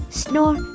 snore